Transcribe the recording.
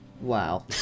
Wow